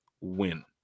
Win